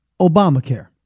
Obamacare